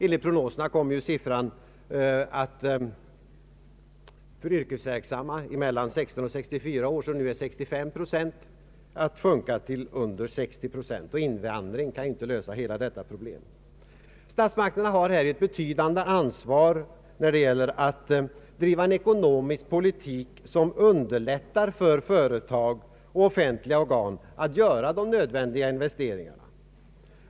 Enligt prognoserna kommer siffran för yrkesverksamma mellan 16 och 64 år, som nu är 65 procent, att sjunka till under 60 procent, och invandring kan ju inte lösa hela detta problem. Statsmakterna har här ett betydande ansvar, när det gäller att driva en ekonomisk politik som underlättar för företag och offentliga organ att göra de nödvändiga investeringarna.